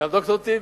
גם ד"ר טיבי.